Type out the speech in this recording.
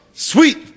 Sweet